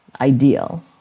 ideal